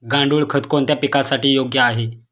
गांडूळ खत कोणत्या पिकासाठी योग्य आहे?